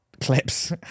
clips